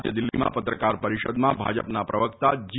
આજે દિલ્હીમાં પત્રકાર પરિષદમાં ભાજપના પ્રવક્તા જી